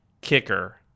kicker